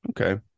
Okay